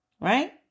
right